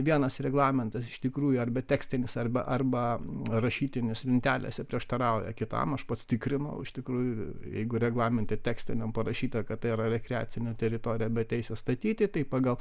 vienas reglamentas iš tikrųjų arba tekstinis arba arba rašytinis lentelėse prieštarauja kitam aš pats tikrinau iš tikrųjų jeigu reglamente tekstiniam parašyta kad tai yra rekreacinė teritorija be teisės statyti tai pagal